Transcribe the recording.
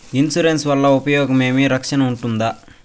Insurance వల్ల ఉపయోగం ఏమి? రక్షణ ఉంటుందా?